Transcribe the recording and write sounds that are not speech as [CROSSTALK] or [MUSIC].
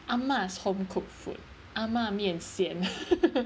ah ma's home-cooked food ah ma mian xian [LAUGHS]